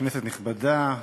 כנסת נכבדה,